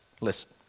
Listen